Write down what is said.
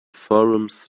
forums